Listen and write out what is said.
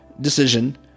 decision